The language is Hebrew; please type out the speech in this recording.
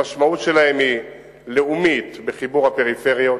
המשמעות שלהם היא לאומית בחיבור הפריפריות,